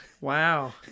Wow